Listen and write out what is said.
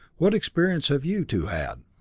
what experience have you two had?